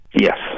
Yes